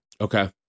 Okay